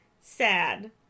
sad